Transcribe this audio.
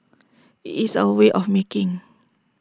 it's our way of making